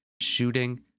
shooting